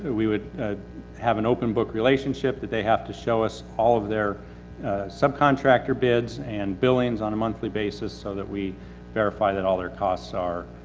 we would ah have an open book relationship that they have to show us all of their sub-contractor bids and billings on a monthly basis so that we verify that all of their costs are,